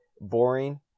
boring